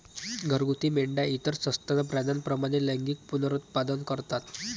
घरगुती मेंढ्या इतर सस्तन प्राण्यांप्रमाणे लैंगिक पुनरुत्पादन करतात